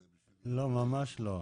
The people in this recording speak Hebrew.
לא, ממש לא.